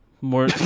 more